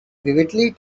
vividly